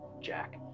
Jack